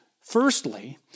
Firstly